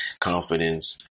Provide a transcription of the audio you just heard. confidence